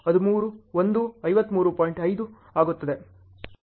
ಆದ್ದರಿಂದ ಈಗ ನೀವು ಸೇರಿಸಿದರೆ ಇದು 0